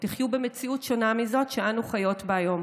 תחיו במציאות שונה מזאת שאנו חיות בה היום.